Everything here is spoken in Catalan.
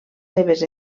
seves